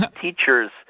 teachers